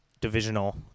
divisional